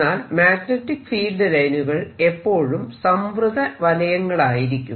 എന്നാൽ magnetic field ലൈനുകൾ എപ്പോഴും സംവൃത വലയങ്ങളായിരിക്കും